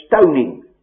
stoning